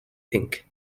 pink